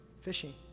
Fishing